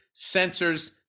sensors